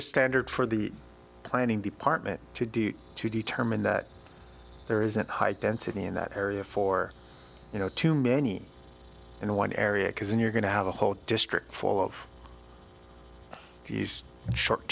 this standard for the planning department to do to determine that there isn't high density in that area for you know too many in one area because then you're going to have a whole district full of these short